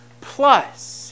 plus